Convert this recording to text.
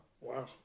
Wow